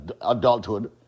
adulthood